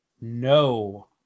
No